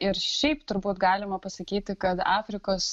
ir šiaip turbūt galima pasakyti kad afrikos